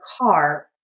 car